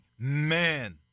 Amen